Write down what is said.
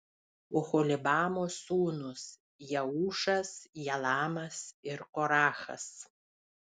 oholibamos sūnūs jeušas jalamas ir korachas